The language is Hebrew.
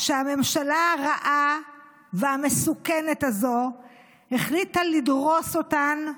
שהממשלה הרעה והמסוכנת הזו החליטה לדרוס אותן,